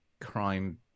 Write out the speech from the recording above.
crime